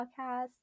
Podcast